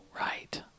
right